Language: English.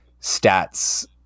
stats